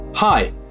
Hi